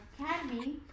Academy